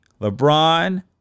LeBron